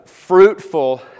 fruitful